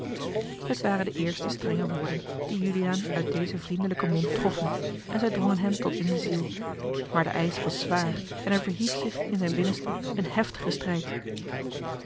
het waren de eerste strenge woorden die juliaan uit dezen vriendelijken mond troffen en zij drongen hem tot in de ziel maar de eisch was zwaar en er verhief zich in zijn binnenste een heftige strijd